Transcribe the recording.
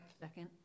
Second